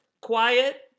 Quiet